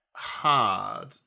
hard